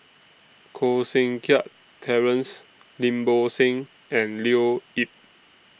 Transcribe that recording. Koh Seng Kiat Terence Lim Bo Seng and Leo Yip